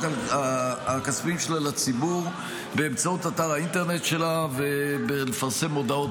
הכספיים שלה לציבור באמצעות אתר האינטרנט שלה ולפרסם הודעות